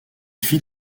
fit